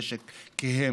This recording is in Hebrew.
נשק קהה,